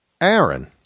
Aaron